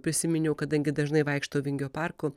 prisiminiau kadangi dažnai vaikštau vingio parku